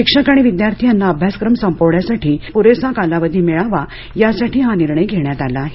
शिक्षक आणि विद्यार्थी यांना अभ्यासक्रम संपवण्यासाठी पुरेसा कालावधी मिळावा यासाठी हा निर्णय घेण्यात आला आहे